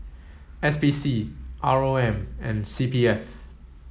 S P C R O M and C P F